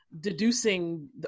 deducing